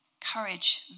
courage